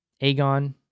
Aegon